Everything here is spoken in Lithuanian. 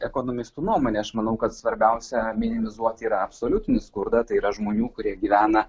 ekonomistų nuomonė aš manau kad svarbiausia minimizuot yra absoliutinį skurdą tai yra žmonių kurie gyvena